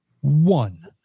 one